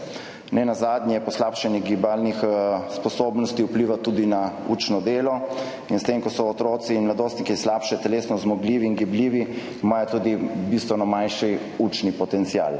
Nenazadnje poslabšanje gibalnih sposobnosti vpliva tudi na učno delo in s tem, ko so otroci in mladostniki slabše telesno zmogljivi in gibljivi, imajo tudi bistveno manjši učni potencial.